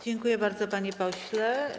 Dziękuję bardzo, panie pośle.